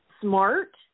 smart